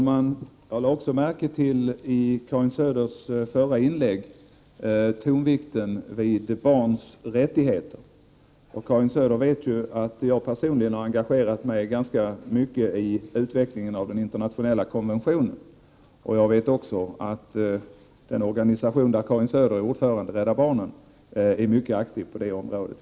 Herr talman! Jag lade i Karin Söders förra inlägg märke till tonvikten på barnens rättigheter. Karin Söder vet ju att jag personligen har engagerat mig ganska mycket i utvecklingen av den internationella konventionen. Jag vet också att den organisation där Karin Söder är ordförande — Rädda Barnen — är mycket aktiv på det området.